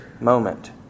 moment